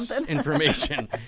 information